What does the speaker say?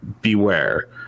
beware